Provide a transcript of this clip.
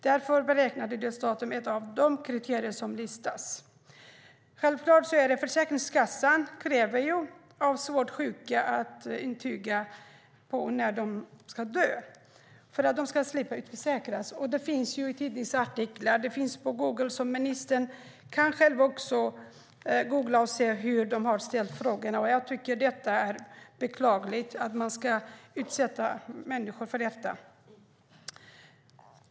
Där är beräknat dödsdatum ett av de kriterier som listas. Försäkringskassan kräver av svårt sjuka att de ska intyga när de ska dö för att de ska slippa utförsäkras. Detta finns att läsa i tidningsartiklar och på nätet. Ministern kan själv googla och se hur Försäkringskassan har ställt frågorna. Jag tycker att det är beklagligt att man utsätter människor för detta.